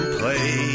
play